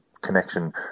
connection